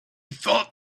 thought